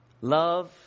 love